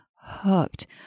hooked